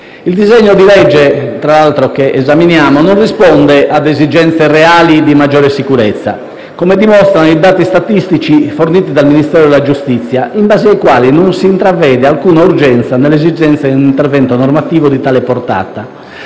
Il disegno di legge che esaminiamo non risponde, tra l'altro, ad esigenze reali di maggiore sicurezza, come dimostrano i dati statistici forniti dal Ministero della giustizia, in base ai quali non si intravede alcuna urgenza nell'esigenza di un intervento normativo di tale portata.